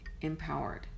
empowered